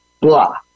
blah